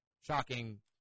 Shocking